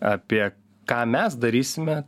apie ką mes darysime